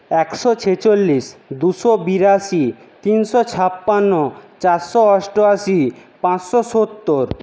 একশো ছেচল্লিশ দুশো বিরাশি তিনশো ছাপ্পান্ন চারশো অষ্টআশি পাঁচশো সত্তর